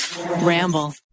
ramble